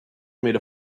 made